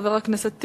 חבר הכנסת טיבי.